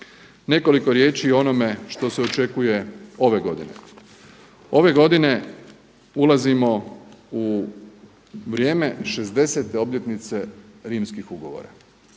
Nekoliko riječi i o onome što se očekuje ove godine. Ove godine ulazimo u vrijeme 60.te obljetnice rimskih ugovora